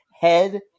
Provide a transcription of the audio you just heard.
head